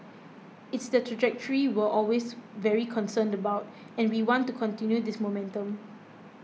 it's the trajectory were always very concerned about and we want to continue this momentum